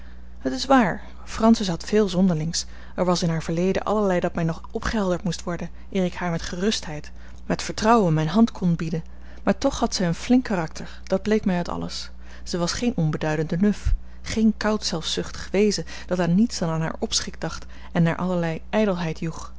het is waar francis had veel zonderlings er was in haar verleden allerlei dat mij nog opgehelderd moest worden eer ik haar met gerustheid met vertrouwen mijne hand kon bieden maar toch zij had een flink karakter dat bleek mij uit alles zij was geen onbeduidende nuf geen koud zelfzuchtig wezen dat aan niets dan aan haar opschik dacht en naar allerlei